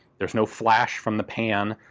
there's no flash from the pan,